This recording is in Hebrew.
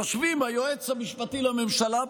יושבים היועץ המשפטי לממשלה,